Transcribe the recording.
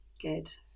Good